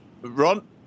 Ron